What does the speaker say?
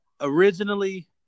originally –